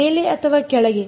ಮೇಲೆ ಅಥವಾ ಕೆಳಗೆ